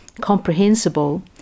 comprehensible